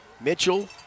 Mitchell